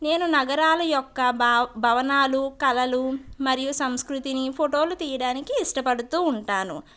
నేను నగరాలు యొక్క భావ భవనాలు కలలు మరియు సంస్కృతిని ఫోటోలు తీయడానికి ఇష్టపడుతూ ఉంటాను